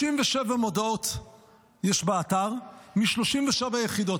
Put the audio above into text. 37 מודעות יש באתר מ-37 יחידות.